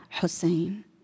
Hussein